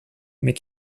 mais